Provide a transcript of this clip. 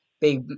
big